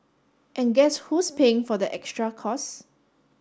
and guess who's paying for the extra costs